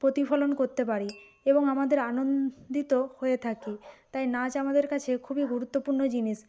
প্রতিফলন করতে পারি এবং আমাদের আনন্দিত হয়ে থাকি তাই নাচ আমাদের কাছে খুবই গুরুত্বপূর্ণ জিনিস